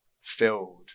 filled